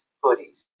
hoodies